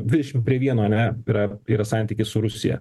dvidešimt prie vieno ane yra yra santykis su rusija